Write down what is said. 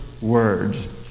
words